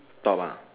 top ah